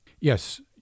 Yes